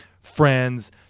friends